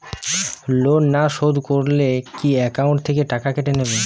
Loan না শোধ করলে কি একাউন্ট থেকে টাকা কেটে নেবে?